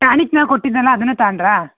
ಟಾನಿಕ್ನ ಕೊಟ್ಟಿದ್ದೆನಲ್ಲ ಅದನ್ನು ತಗಂಡ್ರಾ